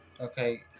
Okay